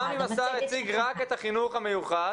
גם אם השר הציג רק את החינוך המיוחד,